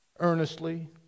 earnestly